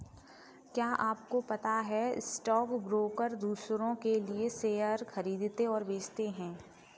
क्या आपको पता है स्टॉक ब्रोकर दुसरो के लिए शेयर खरीदते और बेचते है?